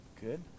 Good